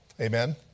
Amen